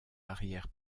arrière